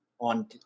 on